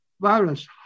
virus